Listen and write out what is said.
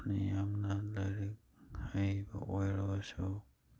ꯃꯤꯌꯥꯝꯅ ꯂꯥꯏꯔꯤꯛ ꯍꯩꯕ ꯑꯣꯏꯔꯒꯁꯨ